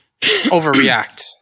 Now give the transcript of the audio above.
overreact